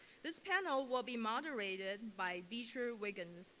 this panel will be moderated by beacher wiggins,